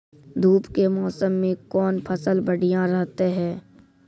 धूप के मौसम मे कौन फसल बढ़िया रहतै हैं?